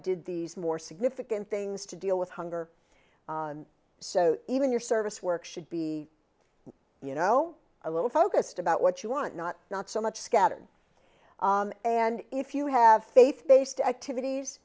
did these more significant things to deal with hunger so even your service work should be you know a little focused about what you want not not so much scattered and if you have faith based activities